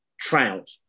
Trout